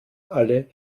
alle